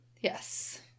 Yes